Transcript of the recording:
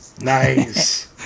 Nice